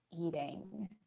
eating